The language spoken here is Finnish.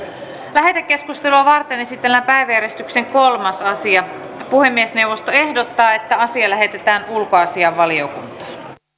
lähetekeskustelua varten esitellään päiväjärjestyksen kolmas asia puhemiesneuvosto ehdottaa että asia lähetetään ulkoasiainvaliokuntaan